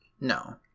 no